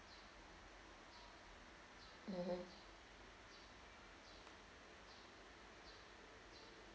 mmhmm